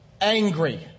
angry